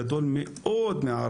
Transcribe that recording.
אמר קודם חמי פרס דבר מאוד נכון.